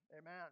amen